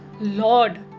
Lord